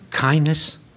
Kindness